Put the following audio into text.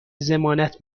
ضمانت